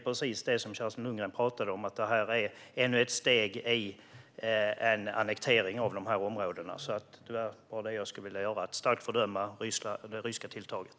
Precis som Kerstin Lundgren talade om är detta ännu ett steg i en annektering av dessa områden. Jag vill starkt fördöma det ryska tilltaget.